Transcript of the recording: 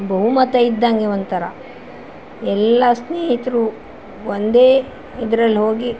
ಬಹುಮತ ಇದ್ದಂಗೆ ಒಂಥರ ಎಲ್ಲ ಸ್ನೇಹಿತರು ಒಂದೇ ಇದ್ರಲ್ಲಿ ಹೋಗಿ